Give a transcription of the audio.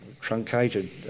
truncated